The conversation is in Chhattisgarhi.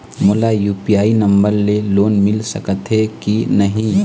मोला यू.पी.आई नंबर ले लोन मिल सकथे कि नहीं?